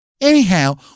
Anyhow